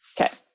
Okay